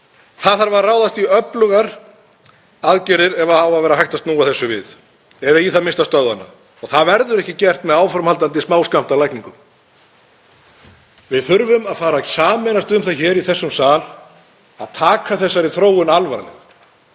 Það þarf að ráðast í öflugar aðgerðir ef á að vera hægt að snúa þessu við eða í það minnsta stöðva þróunina og það verður ekki gert með áframhaldandi smáskammtalækningum. Við þurfum að fara að sameinast um það í þessum sal að taka þá þróun alvarlega,